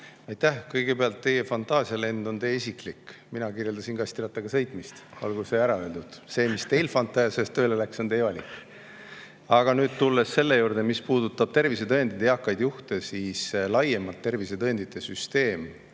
Aitäh! Kõigepealt, teie fantaasialend on teie isiklik, mina kirjeldasin kastirattaga sõitmist. Olgu see ära öeldud. See, mis teil fantaasias tööle läks, on teie voli. Aga kui tulla selle juurde, mis puudutab tervisetõendit ja eakaid juhte, siis tervisetõendite süsteem